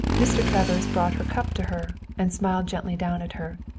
mr. travers brought her cup to her and smiled gently down at her.